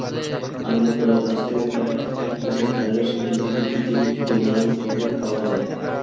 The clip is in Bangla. আলু হল গাছ থেকে প্রাপ্ত এক বিশেষ ধরণের সবজি যেটি পৃথিবী জুড়ে নানান পদে খাওয়া হয়